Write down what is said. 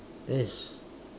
it's